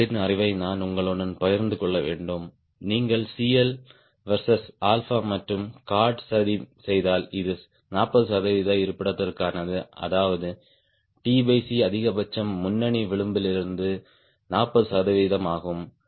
மற்றவர்களின் அறிவை நான் உங்களுடன் பகிர்ந்து கொள்ள வேண்டும் நீங்கள் CL வெர்ஸஸ் 𝛼 மற்றும் கார்ட் சதி செய்தால் இது 40 சதவிகித இருப்பிடத்திற்கானது அதாவது அதிகபட்சம் முன்னணி விளிம்பிலிருந்து 40 சதவிகிதம் ஆகும்